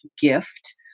gift